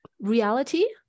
reality